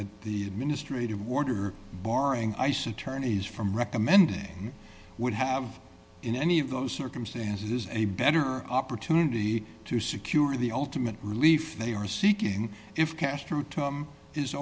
the administrative warder barring ice attorneys from recommending would have in any of those circumstances a better opportunity to secure the ultimate relief they are seeking if castro tom is